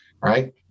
Right